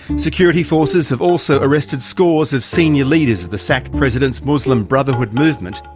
security forces have also arrested scores of senior leaders of the sacked president's muslim brotherhood movement.